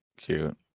cute